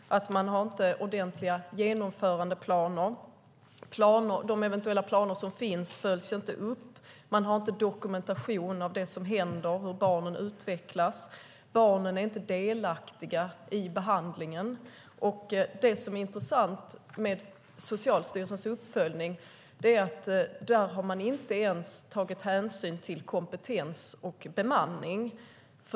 Det handlar om att man inte har ordentliga genomförandeplaner, om att de planer som finns inte följs upp, om att man inte har dokumentation av det som händer och av hur barnen utvecklas och om att barnen inte är delaktiga i behandlingen. Det som är intressant med Socialstyrelsens uppföljning är att man inte har tagit hänsyn till kompetens och bemanning.